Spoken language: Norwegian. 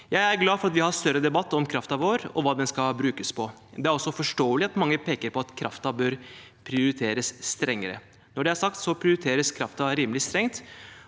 Jeg er glad for at vi har en større debatt om kraften vår og hva den skal brukes på. Det er også forståelig at mange peker på at kraften bør prioriteres strengere. Når det er sagt, så prioriteres kraften rimelig strengt,